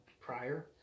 prior